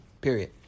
Period